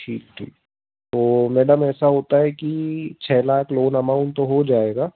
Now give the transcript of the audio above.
ठीक ठीक तो मैडम ऐसा होता है कि छः लाख लोन अमाउंट तो हो जाएगा